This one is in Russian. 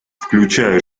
включая